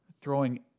throwing